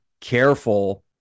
careful